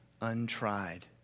untried